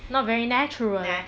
not very natural